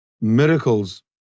miracles